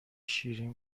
شیرین